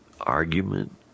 argument